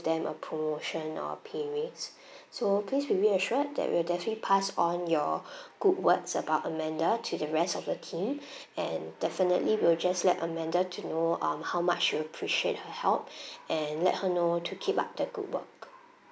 them a promotion or a pay raise so please be reassured that we'll definitely pass on your good words about amanda to the rest of the team and definitely we'll just let amanda to know um how much you appreciate her help and let her know to keep up the good work